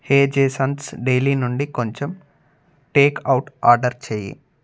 హే Jason's daily నుండి కొంచెం take out order చేయి